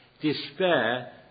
despair